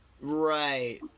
Right